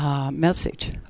message